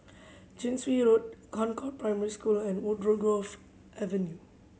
Chin Swee Road Concord Primary School and Woodgrove Avenue